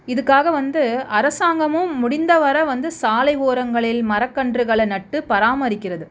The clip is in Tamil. இதுக்காக வந்து அரசாங்கமும் முடிந்த வரை வந்து சாலை ஓரங்களில் மரக்கன்றுகள நட்டு பராமரிக்கிறது